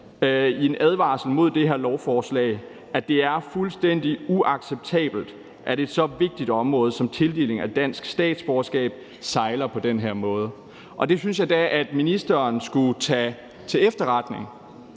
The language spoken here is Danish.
en advarsel mod det her lovforslag, at det er fuldstændig uacceptabelt, at et så vigtigt område som tildeling af dansk statsborgerskab sejler på den her måde. Det synes jeg da at ministeren skulle tage til efterretning.